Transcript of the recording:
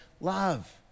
love